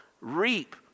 reap